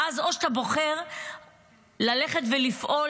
ואז או שאתה בוחר ללכת ולפעול,